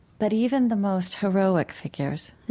but even the most heroic figures,